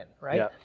right